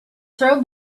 throw